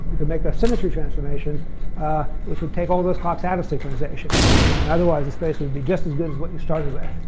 could make a symmetry transformation if we take all those clocks out of synchronization and otherwise the space would be just as good as what you started with.